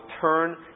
turn